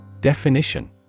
Definition